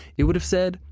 it would have said,